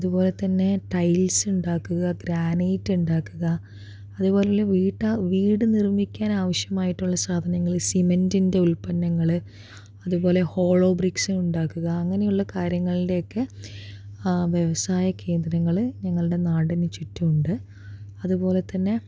അതുപോലെ തന്നെ ടൈൽസ് ഉണ്ടാക്കുക ഗ്രാനൈറ്റ് ഉണ്ടാക്കുക അതേപോലെയുള്ള വീട് നിർമ്മിക്കാൻ ആവശ്യമായിട്ടുള്ള സാധനങ്ങള് സിമൻ്റിൻ്റെ ഉൽപ്പന്നങ്ങള് അതുപോലെ ഹോളോ ബ്രിക്സ് ഉണ്ടാക്കുക അങ്ങനെയുള്ള കാര്യങ്ങളുടെയൊക്കെ വ്യവസായ കേന്ദ്രങ്ങള് ഞങ്ങളുടെ നാടിന് ചുറ്റും ഉണ്ട് അതുപോലെ തന്നെ